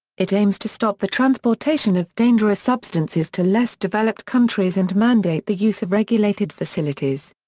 it aims to stop the transportation of dangerous substances to less developed countries and mandate the use of regulated facilities.